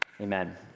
Amen